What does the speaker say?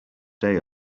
day